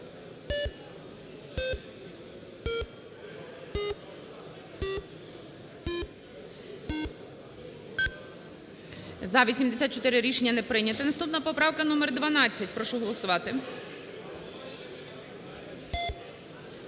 За-84 Рішення не прийняте. Наступна поправка - номер 12. Прошу голосувати.